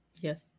Yes